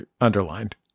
underlined